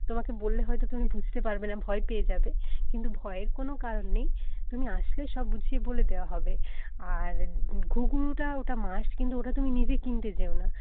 তোমাকে বললে হয়ত তুমি বুঝতে পারবে না ভয় পেয়ে যাবে কিন্তু ভয়ের কোনও কারণ নেই তুমি আসলে সব বুঝিয়ে বলে দেওয়া হবে আর ঘুঙরুটা ওটা মাস্ট কিন্তু ওটা তুমি নিজে কিনতে যেও না